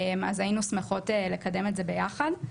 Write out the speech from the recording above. אז היינו שמחות לקדם את זה ביחד.